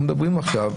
אנחנו מדברים עכשיו,